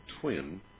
twin